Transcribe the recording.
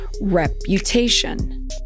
reputation